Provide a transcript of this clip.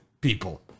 people